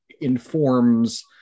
informs